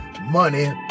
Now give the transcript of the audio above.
money